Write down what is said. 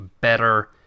better